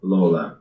Lola